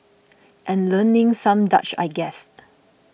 and learning some Dutch I guess